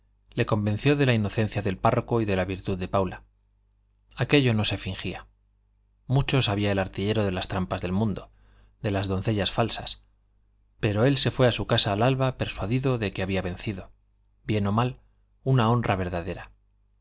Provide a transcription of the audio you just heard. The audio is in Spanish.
le convenció de la inocencia del párroco y de la virtud de paula aquello no se fingía mucho sabía el artillero de las trampas del mundo de las doncellas falsas pero él se fue a su casa al alba persuadido de que había vencido bien o mal una honra verdadera